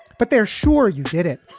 but they are sure you did it.